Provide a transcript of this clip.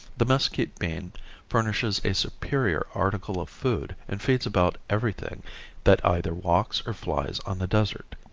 the mesquite bean furnishes a superior article of food and feeds about everything that either walks or flies on the desert.